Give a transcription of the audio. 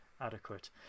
Adequate